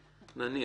נניח.